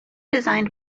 designed